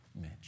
Mitch